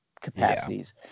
capacities